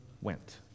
went